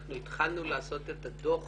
אנחנו התחלנו לעשות את הדוח